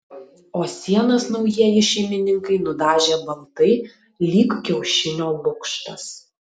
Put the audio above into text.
o sienas naujieji šeimininkai nudažė baltai lyg kiaušinio lukštas